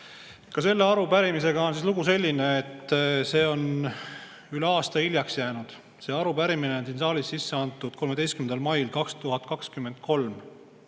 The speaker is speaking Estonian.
Ka selle arupärimisega on lugu selline, et see on üle aasta hiljaks jäänud. See arupärimine on siin saalis sisse antud 13. mail 2023.